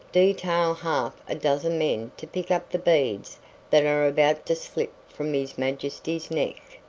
detail half a dozen men to pick up the beads that are about to slip from his majesty's neck.